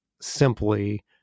simply